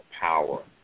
power